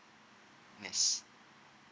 yes